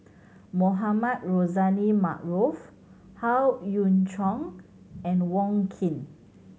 Mohamed Rozani Maarof Howe Yoon Chong and Wong Keen